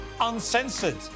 uncensored